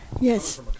Yes